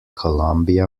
columbia